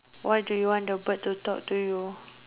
what do you want the bird to talk to you